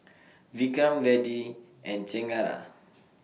Vikram Vedre and Chengara